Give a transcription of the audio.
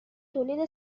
تولید